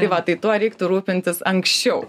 tai va tai tuo reiktų rūpintis anksčiau